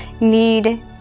need